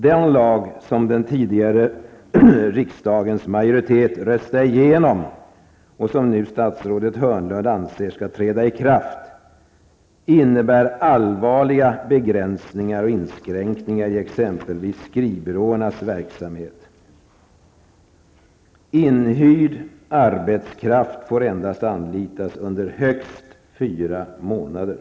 Den lag som den tidigare riksdagsmajoriteten röstade igenom och som statsrådet Hörnlund nu anser skall träda i kraft innebär allvarliga begränsningar och inskränkningar i exempelvis skrivbyråernas verksamhet. Inhyrd arbetskraft får endast anlitas under högst fyra månader.